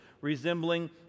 resembling